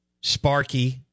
Sparky